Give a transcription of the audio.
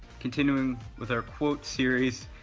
continuing with our quote series,